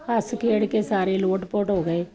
ਹੱਸ ਖੇਡ ਕੇ ਸਾਰੇ ਲੋਟ ਪੋਟ ਹੋ ਗਏ